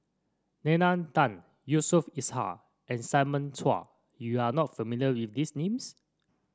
Nalla Tan Yusof Ishak and Simon Chua You are not familiar with these names